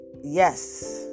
yes